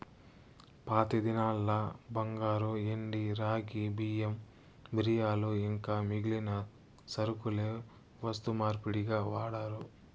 పాతదినాల్ల బంగారు, ఎండి, రాగి, బియ్యం, మిరియాలు ఇంకా మిగిలిన సరకులే వస్తు మార్పిడిగా వాడారు